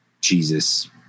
Jesus